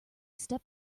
step